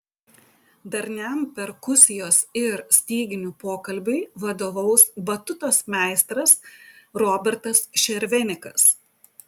darniam perkusijos ir styginių pokalbiui vadovaus batutos meistras robertas šervenikas